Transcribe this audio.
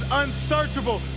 unsearchable